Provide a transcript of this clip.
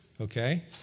okay